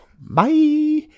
Bye